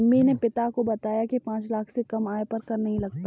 रिमी ने पिता को बताया की पांच लाख से कम आय पर कर नहीं लगता